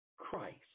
Christ